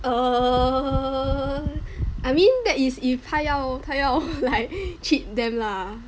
err I mean that is if 他要他要 like cheat them lah